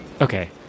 Okay